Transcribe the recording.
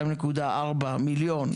2.4 מיליון,